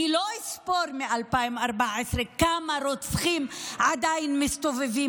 אני לא אספור מ-2014 כמה רוצחים עדיין מסתובבים